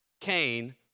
Cain